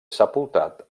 sepultat